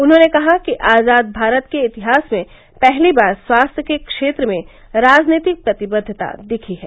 उन्होंने कहा कि आजाद भारत के इतिहास में पहली बार स्वास्थ्य के क्षेत्र में राजनीतिक प्रतिबद्वता दिखी है